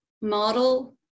model